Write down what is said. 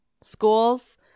schools